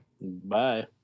Bye